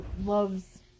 loves